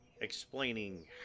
explaining